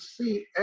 see